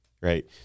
right